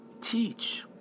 teach